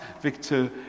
Victor